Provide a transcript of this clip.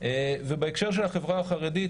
בהקשר של החברה החרדית,